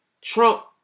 Trump